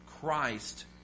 Christ